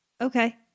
Okay